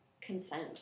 consent